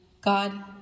God